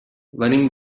venim